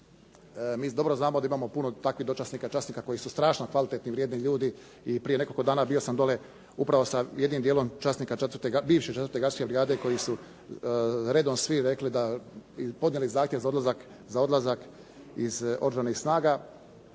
Mi dobro znamo da imamo puno takvih dočasnika, časnika koji su strašno kvalitetni i vrijedni ljudi i prije nekoliko dana bio sam dole upravo sa jednim dijelom časnika bivše 4. gardijske brigade koji su redom svi rekli, podnijeli zahtjev za odlazak iz Oružanih snaga.